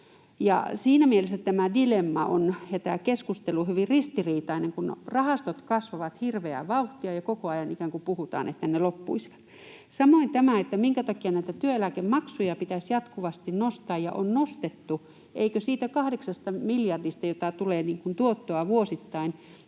Siinä mielessä tämä dilemma ja tämä keskustelu ovat hyvin ristiriitaisia, kun rahastot kasvavat hirveää vauhtia mutta koko ajan puhutaan, että ne ikään kuin loppuisivat. Samoin tämä, minkä takia työeläkemaksuja pitäisi jatkuvasti nostaa ja on nostettu: eikö siitä 8 miljardista, joka tulee tuottoa vuosittain,